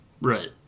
Right